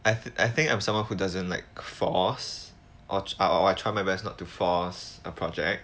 I th~ I think I'm someone who doesn't like force or I try my best not to force a project